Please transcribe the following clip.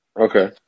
Okay